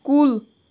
کُل